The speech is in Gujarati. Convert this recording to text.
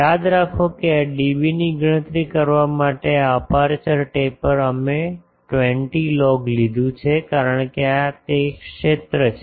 યાદ રાખો કે આ ડીબીની ગણતરી કરવા માટે આ અપેર્ચર ટેપર અમે 20 લોગ લીધું છે કારણ કે આ તે ક્ષેત્ર છે